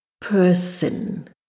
person